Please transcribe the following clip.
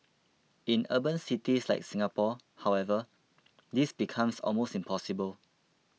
in urban cities like Singapore however this becomes almost impossible